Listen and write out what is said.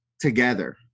together